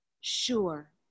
Sure